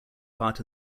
part